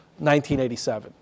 1987